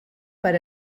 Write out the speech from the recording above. per